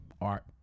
art